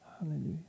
Hallelujah